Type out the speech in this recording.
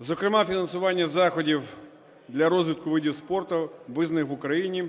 зокрема фінансування заходів для розвитку видів спорту, визнаних в Україні,